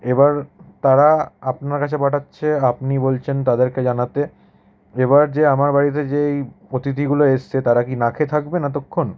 এবার তারা আপনার কাছে পাঠাচ্ছে আপনি বলছেন তাদেরকে জানাতে এবার যে আমার বাড়িতে যেই অতিথিগুলো এসছে তারা কি না খেয়ে থাকবেন এতোক্ষণ